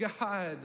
God